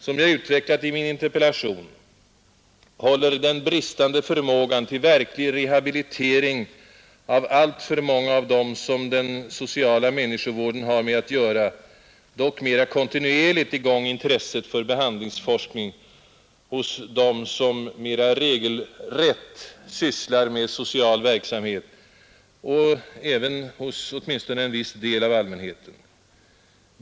Som jag utvecklat i min interpellation håller den bristande förmågan till verklig rehabilitering av alltför många av dem som den sociala människovården har med att göra dock mera kontinuerligt i gång intresset för behandlingsforskning hos både dem som mer regelrätt sysslar med social verksamhet och åtminstone en viss del av allmänheten.